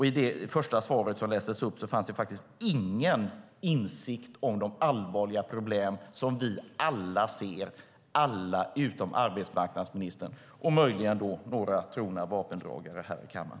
I det första svaret som lästes upp fanns det faktiskt ingen insikt om de allvarliga problem som vi alla ser - alla utom arbetsmarknadsministern och möjligen några trogna vapendragare här i kammaren.